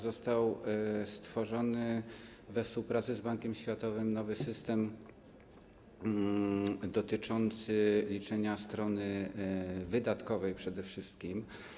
Został stworzony we współpracy z Bankiem Światowym nowy system dotyczący liczenia strony wydatkowej przede wszystkim.